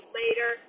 later